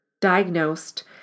diagnosed